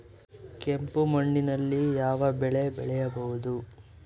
ಕೆಂಪು ಮಣ್ಣಿನಲ್ಲಿ ಯಾವ ಬೆಳೆ ಬೆಳೆಯಬಹುದು?